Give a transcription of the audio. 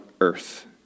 earth